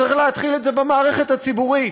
צריך להתחיל את זה במערכת הציבורית.